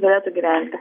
galėtų gyventi